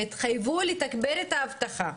והתחייבו לתגבר את האבטחה.